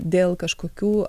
dėl kažkokių